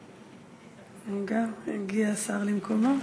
רגע, יגיע השר למקומו.